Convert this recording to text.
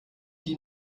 die